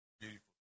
Beautiful